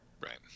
Right